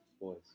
boys